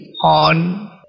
on